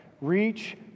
Reach